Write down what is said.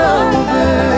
over